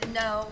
no